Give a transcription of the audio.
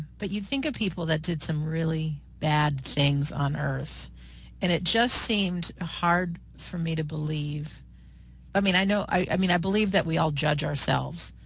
but you think of people that did some really bad things on earth and it just seemed hard for me to believe i mean i i mean, i believe that we all judge ourselves,